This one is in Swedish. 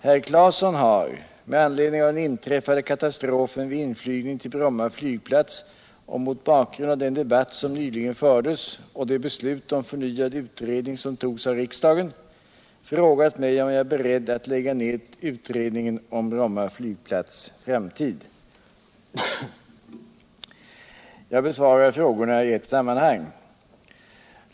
Herr Claeson har — med anledning av den inträffade katastrofen vid inflygning till Bromma flygplats och mot bakgrund av den debatt som nyligen fördes och det beslut om förnyad utredning som togs av riksdagen —- frågat mig, om jag är beredd att lägga ned utredningen om Bromma flygplats framtid. Jag besvarar frågorna i ett sammanhang.